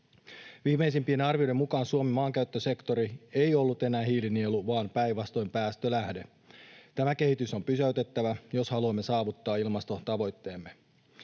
Viimeisimpien arvioiden mukaan Suomen maankäyttösektori ei ollut enää hiilinielu vaan päinvastoin päästölähde. Tämä kehitys on pysäytettävä, jos haluamme saavuttaa ilmastotavoitteemme.